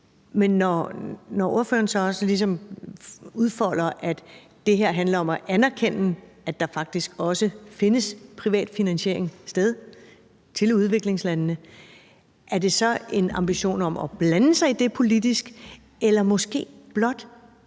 Men når ordføreren så også ligesom udfolder, at det her handler om at anerkende, at der faktisk også finder privat finansiering sted til udviklingslandene, er det så udtryk for en ambition om at blande sig i det politisk eller måske blot